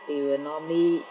they will normally